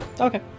okay